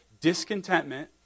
Discontentment